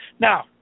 Now